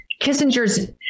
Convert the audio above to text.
kissinger's